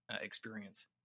experience